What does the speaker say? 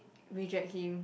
reject him